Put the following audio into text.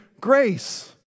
grace